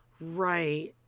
Right